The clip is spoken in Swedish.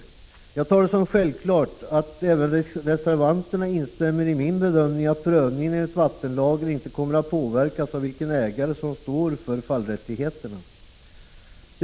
Jag uppfattar det som självklart att även reservanterna instämmer i min bedömning att prövningen enligt vattenlagen inte påverkas av vilken ägare som står för fallrättigheterna.